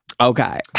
Okay